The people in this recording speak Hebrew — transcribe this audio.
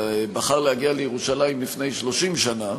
בחר להגיע לירושלים לפני 30 שנה,